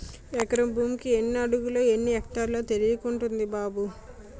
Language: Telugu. ఎకరం భూమికి ఎన్ని అడుగులో, ఎన్ని ఎక్టార్లో తెలియకుంటంది బాబూ